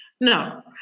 No